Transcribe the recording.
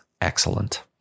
excellent